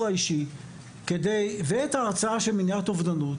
האישי ואת ההרצאה של מניעת אובדנות,